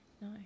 No